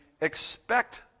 expect